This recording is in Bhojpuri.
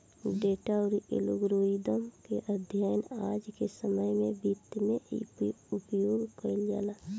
डेटा अउरी एल्गोरिदम के अध्ययन आज के समय में वित्त में उपयोग कईल जाला